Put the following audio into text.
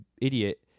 idiot